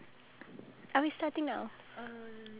~'nt crowded as usual